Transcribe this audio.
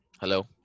hello